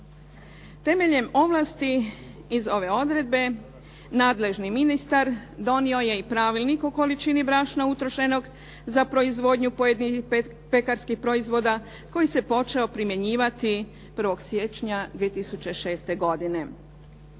Temeljem ovlasti iz ove odredbe nadležni ministar donio je i Pravilnik o količini brašna utrošenog za proizvodnju pojedinih pekarskih proizvoda koji se počeo primjenjivati 1. siječnja 2006. godine.